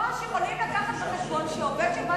מראש יכולים להביא בחשבון שעובד שבא